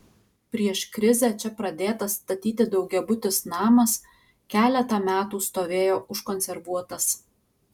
prieš krizę čia pradėtas statyti daugiabutis namas keletą metų stovėjo užkonservuotas